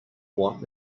want